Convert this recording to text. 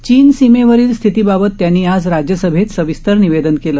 चीन सीमेवरील स्थितीबाबत त्यांनी आज राज्यसभेत सविस्तर निवेदन केलं